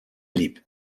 lieb